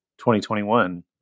2021